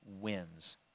wins